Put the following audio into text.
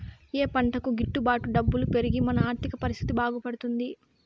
ఏ పంటకు గిట్టు బాటు డబ్బులు పెరిగి మన ఆర్థిక పరిస్థితి బాగుపడుతుంది?